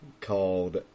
called